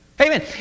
Amen